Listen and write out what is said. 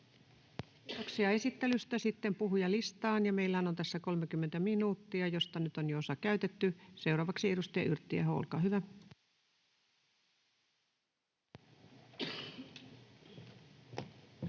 Kiitoksia esittelystä. — Sitten puhujalistaan. Meillähän on tässä 30 minuuttia, josta nyt on jo osa käytetty. — Seuraavaksi edustaja Yrttiaho, olkaa hyvä. Kiitoksia,